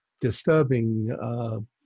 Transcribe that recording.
disturbing